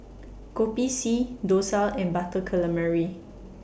Kopi C Dosa and Butter Calamari